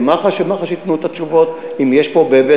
ומח"ש ייתנו את התשובות אם יש פה באמת